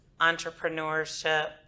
entrepreneurship